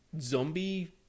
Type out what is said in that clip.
zombie